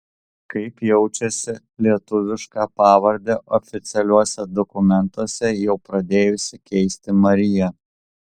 kaip jaučiasi lietuvišką pavardę oficialiuose dokumentuose jau pradėjusi keisti marija